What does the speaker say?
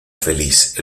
feliz